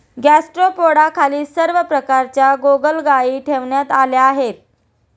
गॅस्ट्रोपोडाखाली सर्व प्रकारच्या गोगलगायी ठेवण्यात आल्या आहेत